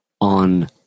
on